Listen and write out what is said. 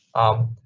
um,